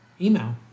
email